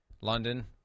London